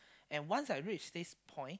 and once I reach this point